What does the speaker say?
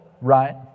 right